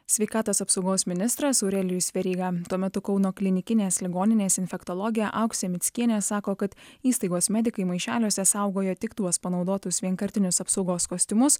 sveikatos apsaugos ministras aurelijus veryga tuo metu kauno klinikinės ligoninės infektologė auksė mickienė sako kad įstaigos medikai maišeliuose saugojo tik tuos panaudotus vienkartinius apsaugos kostiumus